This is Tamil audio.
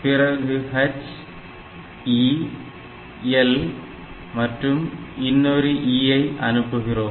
பிறகு H E L மற்றும் இன்னொரு L ஐ அனுப்புகிறோம்